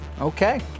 Okay